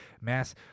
mass